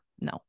no